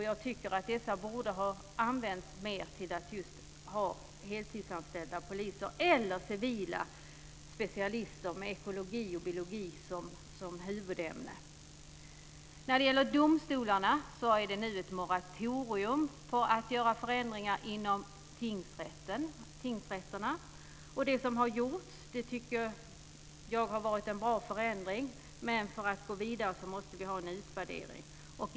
Jag tycker att dessa borde ha använts mer till just heltidsanställda poliser eller civila specialister med ekologi och biologi som huvudämnen. När det gäller domstolarna är det nu ett moratorium på att göra förändringar inom tingsrätterna. Det som har gjorts tycker jag har varit en bra förändring, men för att gå vidare måste vi ha en utvärdering.